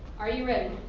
are you ready?